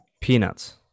Peanuts